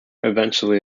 eventually